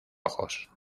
ojos